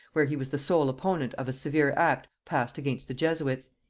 where he was the sole opponent of a severe act passed against the jesuits.